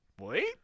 Wait